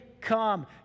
come